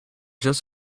just